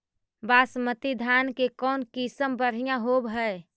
बासमती धान के कौन किसम बँढ़िया होब है?